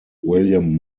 william